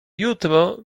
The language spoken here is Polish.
jutro